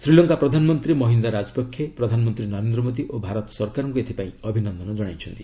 ଶ୍ରୀଲଙ୍କା ପ୍ରଧାନମନ୍ତ୍ରୀ ମହିନ୍ଦ୍ରା ରାଜପକ୍ଷେ ପ୍ରଧାନମନ୍ତ୍ରୀ ନରେନ୍ଦ୍ର ମୋଦି ଓ ଭାରତ ସରକାରଙ୍କୁ ଏଥିପାଇଁ ଅଭିନନ୍ଦନ କ୍ଷାଇଛନ୍ତି